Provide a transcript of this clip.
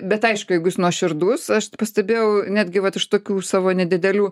bet aišku jeigu jis nuoširdus aš pastebėjau netgi vat iš tokių savo nedidelių